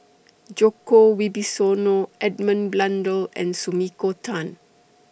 Djoko Wibisono Edmund Blundell and Sumiko Tan